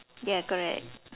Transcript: ya correct